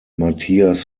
matthias